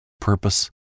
purpose